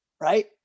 right